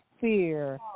fear